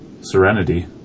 Serenity